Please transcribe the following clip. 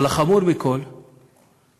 אבל החמור מכול הוא,